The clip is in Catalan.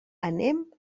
anem